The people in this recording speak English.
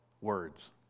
words